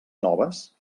noves